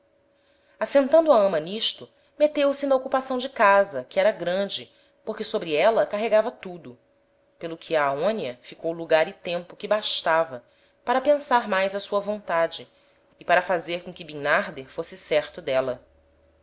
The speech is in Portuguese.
assentando a ama n'isto meteu-se na ocupação de casa que era grande porque sobre éla carregava tudo pelo que a aonia ficou lugar e tempo que bastava para pensar mais á sua vontade e para fazer com que bimnarder fosse certo d'éla